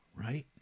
Right